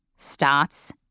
Starts